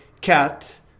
cat